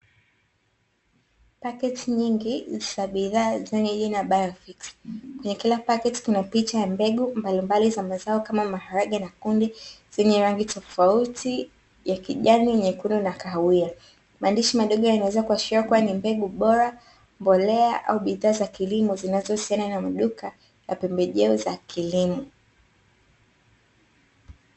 Paketi nyingi za bidhaa zenye jina Bayofiksi. Kwenye kila paketi kuna picha ya mbegu mbalimbali za mazao kama maharage na kundi, zenye rangi tofauti ya kijani, nyekundu na kahawia. Maandishi madogo yanaweza kuashiria kuwa ni mbegu bora, mbolea au bidhaa za kilimo zinazohusiana na maduka ya pembejeo za kilimo.